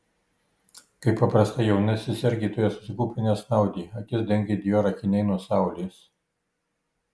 kaip paprastai jaunasis sergėtojas susikūprinęs snaudė akis dengė dior akiniai nuo saulės